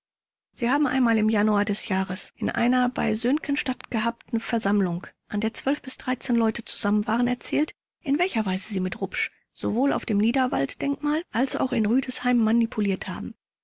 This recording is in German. sie haben einmal im januar d j in einer bei söhngen stattgehabten versammlung an der leute zusammen waren erzählt in welcher weise sie mit rupsch sowohl auf dem niederwalddenkmal als auch in rüdesheim manipuliert haben